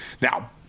Now